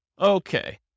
Okay